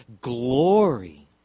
glory